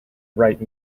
write